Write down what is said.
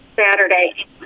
Saturday